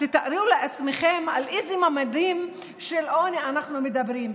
אז תארו לעצמכם על אילו ממדים של עוני אנחנו מדברים.